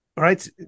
Right